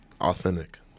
authentic